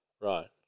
Right